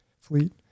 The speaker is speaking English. fleet